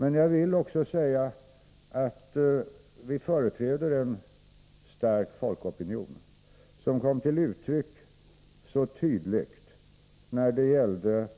Men jag vill också säga att vi företräder en stark folkopinion, som tydligt kom till uttryck när